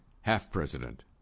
half-president